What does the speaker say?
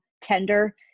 tender